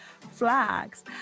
Flags